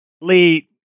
Lee